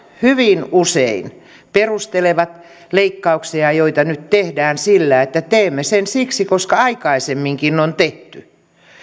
hyvin usein perustelevat leikkauksia joita nyt tehdään sillä että teemme sen siksi koska aikaisemminkin on tehty